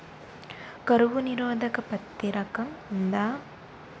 కరువు నిరోధక పత్తి రకం ఉందా?